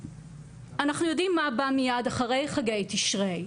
אנחנו יודעים מה בא מיד אחרי חגי תשרי.